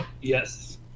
Yes